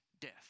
death